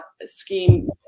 scheme